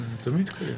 תמיד קיים.